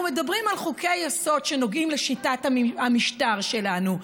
אנחנו מדברים על חוקי-יסוד שנוגעים לשיטת המשטר שלנו,